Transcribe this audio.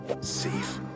safe